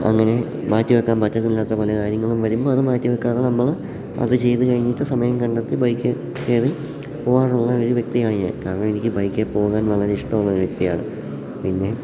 അങ്ങനെ മാറ്റിവെക്കാൻ പറ്റുന്നില്ലാത്ത പല കാര്യങ്ങളും വരുമ്പോൾ അത് മാറ്റിവെക്കാതെ നമ്മൾ അത് ചെയ്തു കഴിഞ്ഞിട്ട് സമയം കണ്ടെത്തി ബൈക്ക് കയറിപ്പോകാറുള്ള ഒരു വ്യക്തിയാണ് ഞാൻ കാരണം എനിക്ക് ബൈക്കിൽ പോകാൻ വളരെ ഇഷ്ടമുള്ളൊരു വ്യക്തിയാണ് പിന്നെ